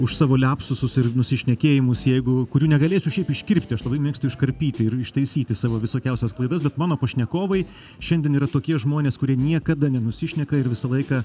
už savo liapsusus ir nusišnekėjimus jeigu kurių negalėsiu šiaip iškirpti aš labai mėgstu iškarpyti ir ištaisyti savo visokiausias klaidas bet mano pašnekovai šiandien yra tokie žmonės kurie niekada nenusišneka ir visą laiką